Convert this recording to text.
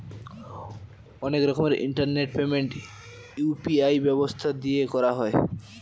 অনেক রকমের internet payment UPI ব্যবস্থা দিয়ে করা হয়